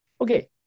Okay